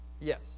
Yes